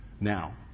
now